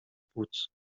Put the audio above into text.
płuc